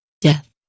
death